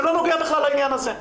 שלא נוגע בכלל לעניין הזה.